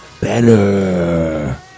better